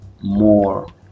more